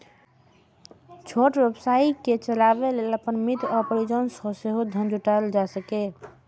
छोट व्यवसाय कें चलाबै लेल अपन मित्र आ परिजन सं सेहो धन जुटायल जा सकैए